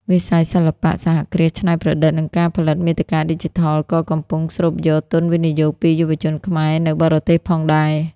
វិស័យសិល្បៈ សហគ្រាសច្នៃប្រឌិត និងការផលិតមាតិកាឌីជីថល ក៏កំពុងស្រូបយកទុនវិនិយោគពីយុវជនខ្មែរនៅបរទេសផងដែរ។